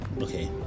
Okay